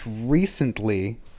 recently